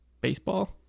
baseball